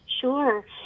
Sure